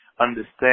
understand